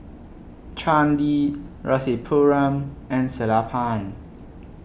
Chandi Rasipuram and Sellapan